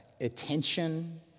attention